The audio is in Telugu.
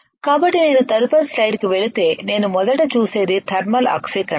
కాబట్టి నేను తదుపరి స్లైడ్కు వెళితే నేను మొదట చూసేది థర్మల్ ఆక్సీకరణం